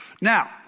Now